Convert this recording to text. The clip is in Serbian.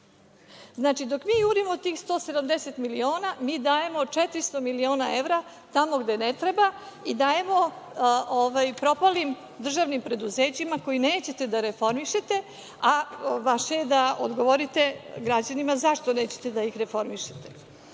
dok mi jurimo tih 170 miliona, mi dajemo 400 miliona evra tamo gde ne treba i dajemo propalim državnim preduzećima koja nećete da reformišete, a vaše je da dogovorite građanima zašto nećete da ih reformišete.